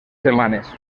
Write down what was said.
setmanes